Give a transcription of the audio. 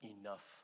enough